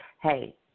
Hey